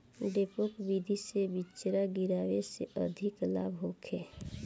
डेपोक विधि से बिचरा गिरावे से अधिक लाभ होखे?